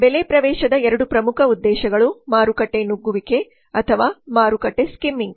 ಬೆಲೆ ಪ್ರವೇಶದ ಎರಡು ಪ್ರಮುಖ ಉದ್ದೇಶಗಳು ಮಾರುಕಟ್ಟೆ ನುಗ್ಗುವಿಕೆ ಅಥವಾ ಮಾರುಕಟ್ಟೆ ಸ್ಕಿಮ್ಮಿಂಗ್